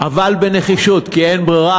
אבל בנחישות, כי אין ברירה.